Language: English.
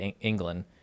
England